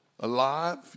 Alive